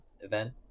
event